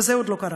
וזה עוד לא קרה.